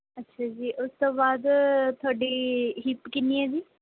ਅੱਛਾ ਜੀ ਉਸ ਤੋਂ ਬਾਅਦ ਤੁਹਾਡੀ ਹਿੱਪ ਕਿੰਨੀ ਹੈ ਜੀ